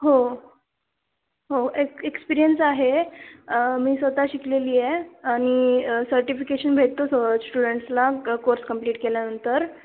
हो हो एक एक्सपिरियन्स आहे मी स्वतः शिकलेली आहे आणि सर्टिफिकेशन भेटतो स स्टुडंट्सला क कोर्स कम्प्लीट केल्यानंतर